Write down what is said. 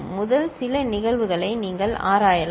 முதல் சில நிகழ்வுகளை நீங்கள் ஆராயலாம்